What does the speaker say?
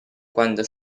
quando